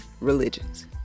religions